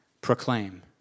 proclaim